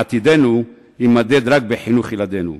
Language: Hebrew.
עתידנו יימדד רק בחינוך ילדינו.